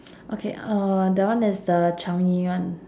okay uh that one is the changi one